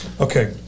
Okay